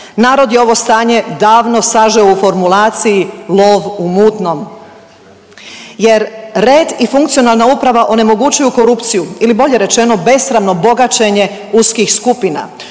narod je ovo stanje davno sažeo u formulaciji „lov u mutnom“. Jer red i funkcionalna uprava onemogućuju korupciju ili bolje rečeno besramno bogaćenje uskih skupina.